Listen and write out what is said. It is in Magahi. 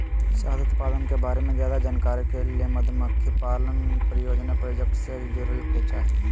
शहद उत्पादन के बारे मे ज्यादे जानकारी ले मधुमक्खी पालन परियोजना प्रोजेक्ट से जुड़य के चाही